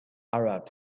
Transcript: arab